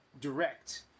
direct